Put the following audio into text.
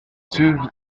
two